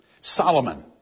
Solomon